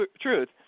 truth